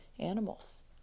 Animals